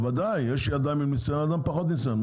יש אדם עם ניסיון ויש אדם עם פחות ניסיון.